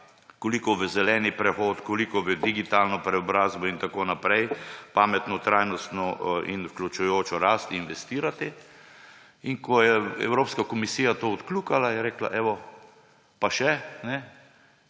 koliko v zeleni prehod, koliko v digitalno preobrazbo in tako naprej pametno, trajnostno in vključujočo rast investirati. Ko je Evropska komisija to odkljukala, je rekla evo, pa še, mi